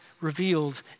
revealed